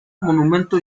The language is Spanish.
monumento